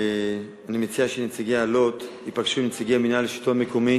אני מציע שנציגי אלו"ט ייפגשו עם נציגי מינהל השלטון המקומי